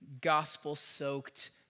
gospel-soaked